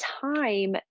time